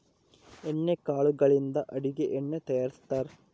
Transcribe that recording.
ಎಣ್ಣೆ ಕಾಳುಗಳಿಂದ ಅಡುಗೆ ಎಣ್ಣೆ ತಯಾರಿಸ್ತಾರಾ